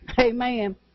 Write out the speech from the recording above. amen